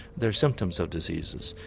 they are symptoms of diseases.